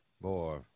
Boy